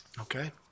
okay